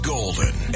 Golden